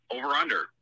Over/under